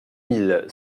mille